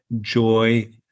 joy